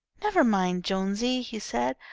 never mind, jonesy, he said,